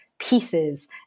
pieces